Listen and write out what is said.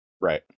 right